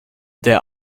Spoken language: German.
der